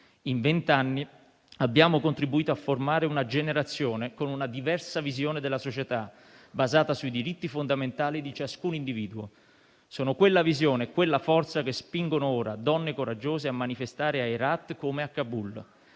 In vent'anni abbiamo contribuito a formare una generazione con una diversa visione della società, basata sui diritti fondamentali di ciascun individuo. Sono quella visione e quella forza che spingono ora donne coraggiose a manifestare a Herat come a Kabul.